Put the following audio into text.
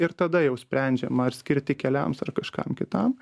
ir tada jau sprendžiama ar skirti keliams ar kažkam kitam